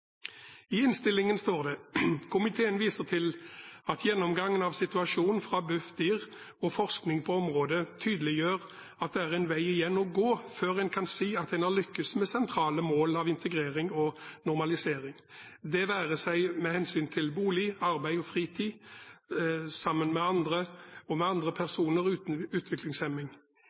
I innstillingen står det: «Komiteen viser til at gjennomgangen av situasjonen fra Bufdir og forskningen på området tydeliggjør at det er en vei igjen å gå før en kan si at en har lyktes med sentrale mål om integrering og normalisering, det være seg med hensyn til boliger, skole, arbeid og fritid, som andre og sammen med andre personer uten